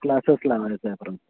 क्लासच लावायचा आहे